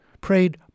prayed